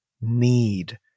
need